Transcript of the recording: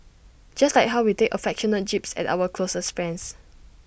just like how we take affectionate jibes at our closest friends